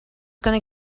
gonna